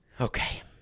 Okay